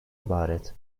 ibaret